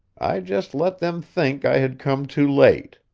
i just let them think i had come too late.